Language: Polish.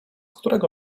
którego